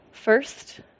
First